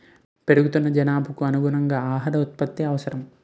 పెరుగుతున్న జనాభాకు అనుగుణంగా ఆహార ఉత్పత్తి అవసరం